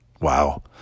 Wow